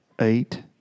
eight